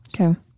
Okay